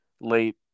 late